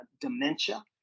dementia